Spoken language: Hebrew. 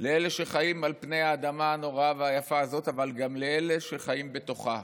לאלה שחיים על פני האדמה הנוראה והיפה הזאת אבל גם לאלה שחיים בתוכה,